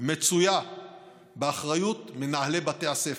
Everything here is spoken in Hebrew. מצויה באחריות מנהלי בתי הספר,